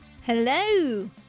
Hello